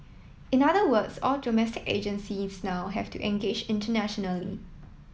in other words all domestic agencies now have to engage internationally